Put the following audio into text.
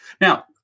Now